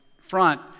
front